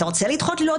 אתה רוצה לדחות אותו?